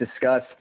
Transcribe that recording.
discuss